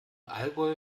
allgäu